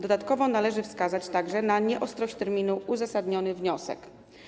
Dodatkowo należy wskazać także na nieostrość terminu: uzasadniony wniosek.